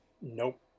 nope